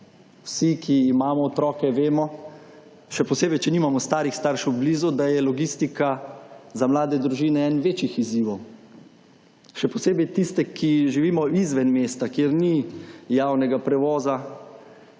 Vsi, ki imamo otroke vemo, še posebej, če nimamo starih staršev blizu, da je logistika za mlade družine en večjih izzivov, še posebej tiste, ki živimo izven mesta, kjer ni javnega prevoza,